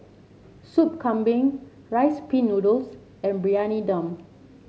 Soup Kambing Rice Pin Noodles and Briyani Dum